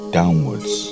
downwards